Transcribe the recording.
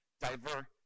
diver